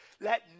Let